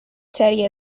teddy